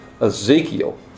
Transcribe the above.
Ezekiel